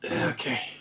Okay